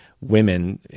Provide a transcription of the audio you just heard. women